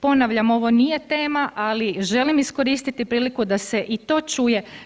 Ponavljam, ovo nije tema, ali želim iskoristiti priliku da se i to čuje.